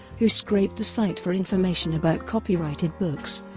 who scraped the site for information about copyrighted books,